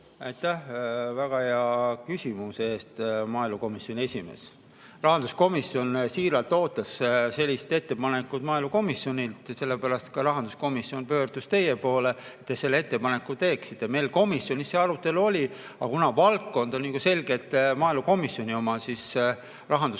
väga hea küsimuse eest, maaelukomisjoni esimees! Rahanduskomisjon siiralt ootas sellist ettepanekut maaelukomisjonilt. Sellepärast rahanduskomisjon pöördus teie poole, et te selle ettepaneku teeksite. Meil komisjonis see arutelu oli, aga valdkond on selgelt maaelukomisjoni oma. Rahanduskomisjon